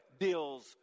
deals